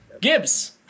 Gibbs